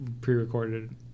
pre-recorded